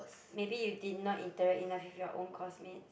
maybe you did not interact enough with your own course mates